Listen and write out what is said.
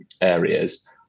areas